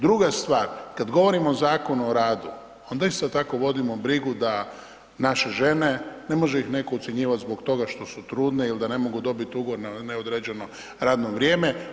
Druga stvar, kad govorimo o Zakonu o radu, onda isto tako vodimo brigu da naše žene, ne može ih neko ucjenjivat zbog toga što su trudne il da ne mogu dobit ugovor na neodređeno radno vrijeme.